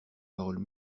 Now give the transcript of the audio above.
paroles